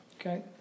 Okay